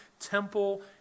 temple